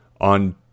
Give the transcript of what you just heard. on